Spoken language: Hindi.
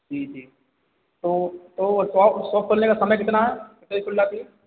जी जी तो तो शॉप शॉप खुलने का समय कितना है कितने बजे खुल जाती है